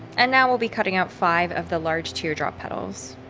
and now we'll be cutting out five of the large teardrop petals